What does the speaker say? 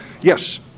yes